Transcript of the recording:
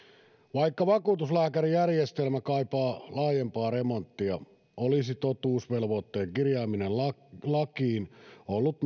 vaikka vakuutuslääkärijärjestelmä kaipaa laajempaa remonttia olisi totuusvelvoitteen kirjaaminen lakiin ollut